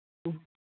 ꯎꯝ